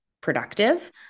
productive